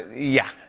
yeah.